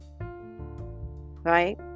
Right